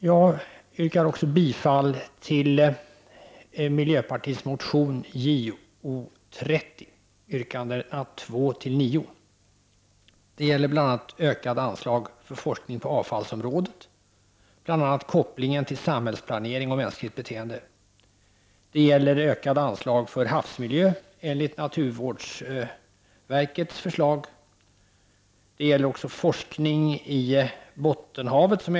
Jag yrkar också bifall till miljöpartiets motion Jo30, yrkandena 2-9. Motionen gäller bl.a. ökade anslag till forskning på avfallsområdet och kopplingen till samhällsplanering och mänskligt beteende. Den gäller också ökade anslag till havsmiljön enligt naturvårdsverkets förslag. Vidare handlar den om den eftersatta forskningen i Bottenhavet.